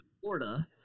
Florida